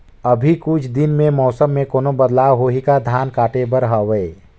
अभी कुछ दिन मे मौसम मे कोनो बदलाव होही का? धान काटे बर हवय?